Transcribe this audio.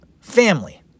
family